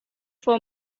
for